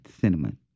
cinnamon